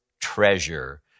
treasure